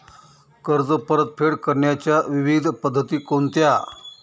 कर्ज परतफेड करण्याच्या विविध पद्धती कोणत्या?